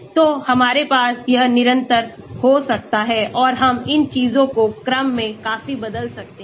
तो हमारे पास यह निरंतर हो सकता है और हम इन चीजों को क्रम में काफी बदल सकते हैं